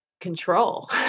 control